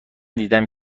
دیدهام